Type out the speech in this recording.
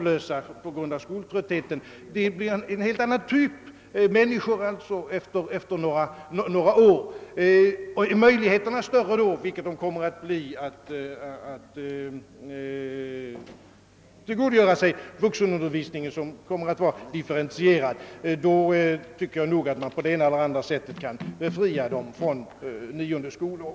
Utskottet hade i ett sammanhang tagit upp de vid riksdagens början väckta motioner inom socialdepartementets verksamhetsområde, vilkas behandling skjutits upp till höstsessionen och som icke hade direkt samband med ärende hos annat utskott. Motionerna som redovisades under punkterna 1)—9) i utlåtandet berörde frågor om samordning och organisation inom den sociala verksamheten, utredning om personalbehov, utvidgade resemöjligheter för vissa handikappade m.m.